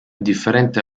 differente